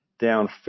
down